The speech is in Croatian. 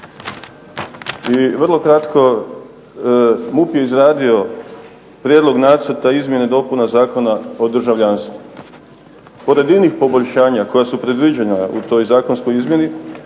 I vrlo kratko, MUP je izradio Prijedlog nacrta izmjena i dopuna Zakona o državljanstvu. Pored inih poboljšanja koja su predviđena u toj zakonskoj izmjeni